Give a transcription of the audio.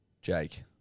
Jake